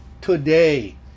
today